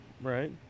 right